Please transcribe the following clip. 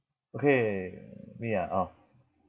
okay me ah orh